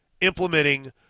implementing